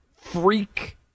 freak